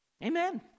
Amen